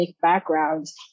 backgrounds